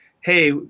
hey